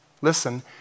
listen